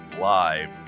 live